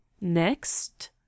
Next